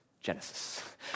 Genesis